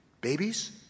babies